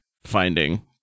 finding